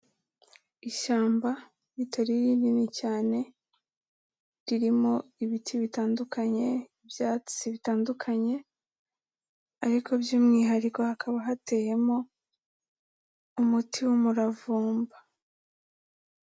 Ishyamba ritari rinini cyane, ririmo ibiti bitandukanye, ibyatsi bitandukanye, ariko by'umwihariko hakaba hateyemo umuti w'umuravumba.